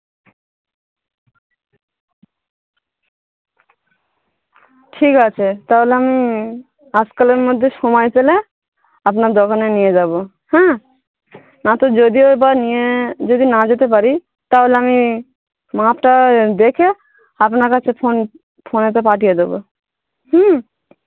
ঠিক আছে তাহলে আমি আজ কালের মধ্যে সময় পেলে আপনার দোকানে নিয়ে যাবো হ্যাঁ না তো যদিও বা নিয়ে যদি না যেতে পারি তাহলে আমি মাপটা দেখে আপনার কাছে ফোন ফোনেতে পাঠিয়ে দেবো হুম